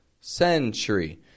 Century